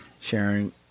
sharing